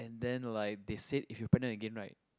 and then like they said if you pregnant again right